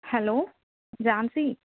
hello Jhansi